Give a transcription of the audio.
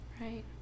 Right